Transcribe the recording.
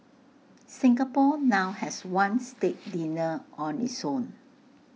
Singapore now has one state dinner on its own